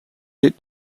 lead